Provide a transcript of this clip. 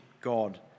God